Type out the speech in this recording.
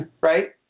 Right